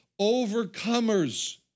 overcomers